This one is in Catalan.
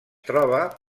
troba